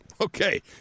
Okay